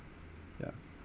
ya